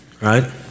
Right